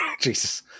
Jesus